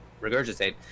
regurgitate